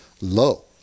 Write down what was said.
low